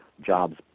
jobs